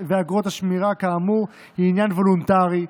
השמירה כאמור היא עניין וולונטרי,